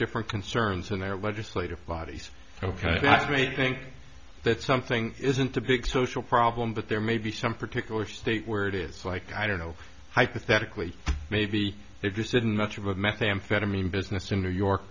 different concerns in their legislative bodies ok that's me i think that something isn't a big social problem but there may be some particular state where it is like i don't know hypothetically maybe they just didn't much of a methamphetamine business in new york